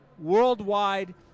Worldwide